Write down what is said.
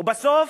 ובסוף